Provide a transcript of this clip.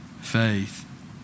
faith